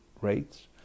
rates